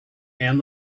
and